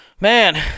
Man